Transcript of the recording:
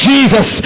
Jesus